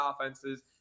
offenses